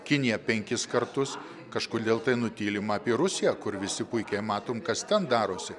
kinija penkis kartus kažkodėl tai nutylima apie rusiją kur visi puikiai matom kas ten darosi